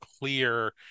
clear